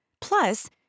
Plus